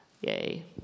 Yay